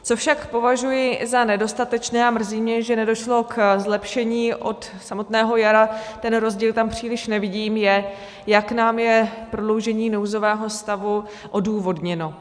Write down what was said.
Co však považuji za nedostatečné, a mrzí mě, že nedošlo ke zlepšení, od samotného jara ten rozdíl tam příliš nevidím, jak nám je prodloužení nouzového stavu odůvodněno.